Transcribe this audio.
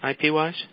IP-wise